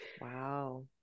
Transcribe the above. Wow